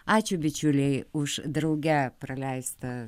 ačiū bičiuliai už drauge praleistą